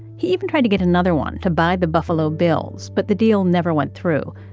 he even tried to get another one to buy the buffalo bills, but the deal never went through.